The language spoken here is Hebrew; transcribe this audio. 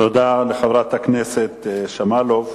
תודה לחברת הכנסת שמאלוב,